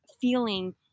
feeling